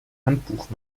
handbuch